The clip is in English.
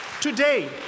today